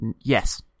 Yes